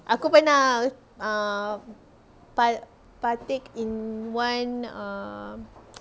aku pernah um partake in one err